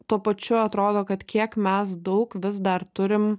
tuo pačiu atrodo kad kiek mes daug vis dar turim